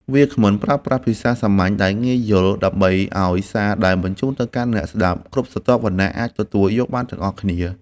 វាគ្មិនប្រើប្រាស់ភាសាសាមញ្ញដែលងាយយល់ ដើម្បីឱ្យសារដែលបញ្ជូនទៅកាន់អ្នកស្ដាប់គ្រប់ស្រទាប់វណ្ណៈអាចទទួលយកបានទាំងអស់គ្នា។